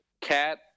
Cat